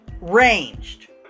ranged